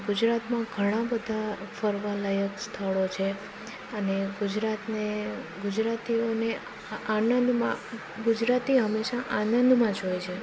ગુજરાતમાં ઘણાં બધાં ફરવાલાયક સ્થળો છે અને ગુજરાતને ગુજરાતીઓને આનંદમાં ગુજરાતી હંમેશા આનંદમાં જ હોય છે